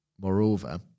moreover